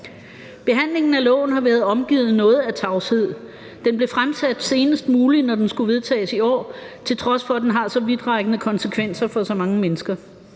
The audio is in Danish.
Behandlingen af loven har været omgivet af nogen tavshed. Den blev fremsat senest muligt, i forhold til at den skulle vedtages i år, til trods for at den har så vidtrækkende konsekvenser for så mange mennesker.